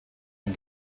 dem